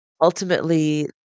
Ultimately